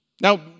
Now